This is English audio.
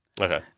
Okay